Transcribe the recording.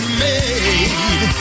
made